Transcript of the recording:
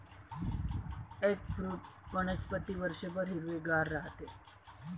eggfruit वनस्पती वर्षभर हिरवेगार राहते